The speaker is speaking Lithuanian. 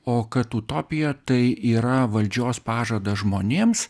o kad utopija tai yra valdžios pažadas žmonėms